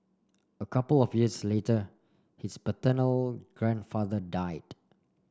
a couple of years later his paternal grandfather died